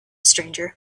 stranger